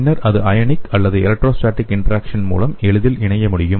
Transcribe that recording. பின்னர் அது அயனிக் அல்லது எலக்ட்ரோஸ்டாடிக் இன்டராக்சன் மூலம் எளிதில் இணைய முடியும்